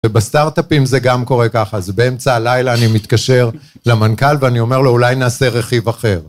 ובסטארט-אפים זה גם קורה ככה, אז באמצע הלילה אני מתקשר למנכל ואני אומר לו אולי נעשה רכיב אחר.